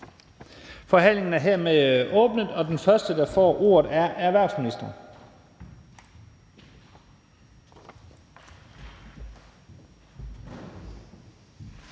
Forhandlingen er hermed åbnet, og den første, der får ordet, er erhvervsministeren.